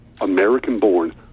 American-born